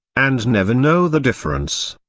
and never know the difference,